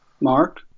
Mark